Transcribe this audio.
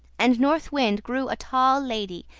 and north wind grew a tall lady,